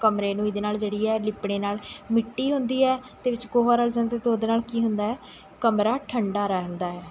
ਕਮਰੇ ਨੂੰ ਇਹਦੇ ਨਾਲ਼ ਜਿਹੜੀ ਹੈ ਲਿਪਣੇ ਨਾਲ਼ ਮਿੱਟੀ ਹੁੰਦੀ ਹੈ ਅਤੇ ਵਿੱਚ ਗੋਹਾ ਰਲ਼ ਜਾਂਦਾ ਅਤੇ ਉਹਦੇ ਨਾਲ਼ ਕੀ ਹੁੰਦਾ ਹੈ ਕਮਰਾ ਠੰਡਾ ਰਹਿੰਦਾ ਹੈ